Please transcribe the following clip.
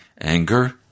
Anger